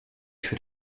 für